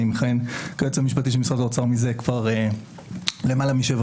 אני מכהן כיועץ המשפטי של משרד האוצר מזה למעלה משבע